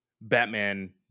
Batman